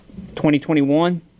2021